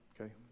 okay